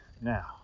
now